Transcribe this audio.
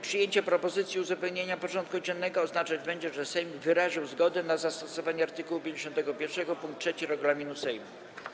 Przyjęcie propozycji uzupełnienia porządku dziennego oznaczać będzie, że Sejm wyraził zgodę na zastosowanie art. 51 pkt 3 regulaminu Sejmu.